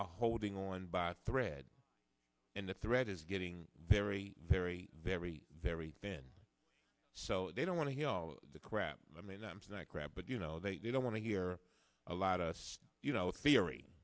are holding on by a thread and the thread is getting very very very very thin so they don't want to hear all the crap i mean i'm not grab but you know they don't want to hear a lot of you know theory